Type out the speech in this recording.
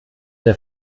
der